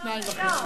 אבל, למעונות-היום.